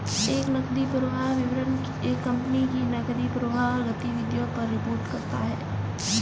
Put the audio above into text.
एक नकदी प्रवाह विवरण एक कंपनी की नकदी प्रवाह गतिविधियों पर रिपोर्ट करता हैं